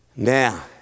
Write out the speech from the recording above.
Now